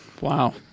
wow